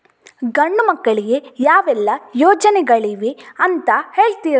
ಗಂಡು ಮಕ್ಕಳಿಗೆ ಯಾವೆಲ್ಲಾ ಯೋಜನೆಗಳಿವೆ ಅಂತ ಹೇಳ್ತೀರಾ?